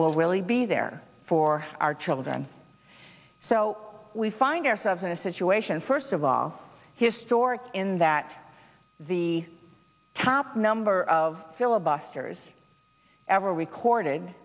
will really be there for our children so we find ourselves in a situation first of all historic in that the top number of filibusters ever recorded